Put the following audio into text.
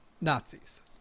Nazis